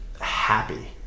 happy